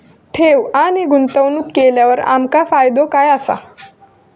ठेव आणि गुंतवणूक केल्यार आमका फायदो काय आसा?